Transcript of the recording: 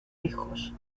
hijos